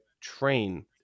train